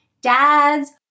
dad's